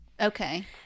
Okay